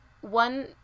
one